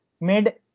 made